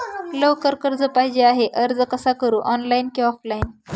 लवकर कर्ज पाहिजे आहे अर्ज कसा करु ऑनलाइन कि ऑफलाइन?